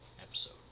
episode